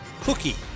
cookie